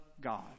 God